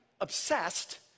obsessed